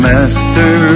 Master